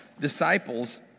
disciples